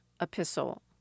epistle